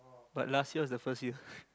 but last year was the first year